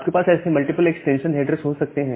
आपके पास ऐसे मल्टीपल एक्सटेंशन हेडर्स हो सकते हैं